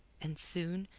and, soon,